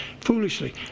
foolishly